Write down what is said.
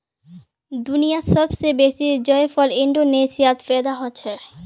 दुनियात सब स बेसी जायफल इंडोनेशियात पैदा हछेक